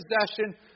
possession